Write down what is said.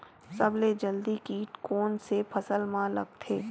सबले जल्दी कीट कोन से फसल मा लगथे?